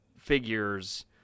figures